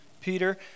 Peter